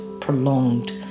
prolonged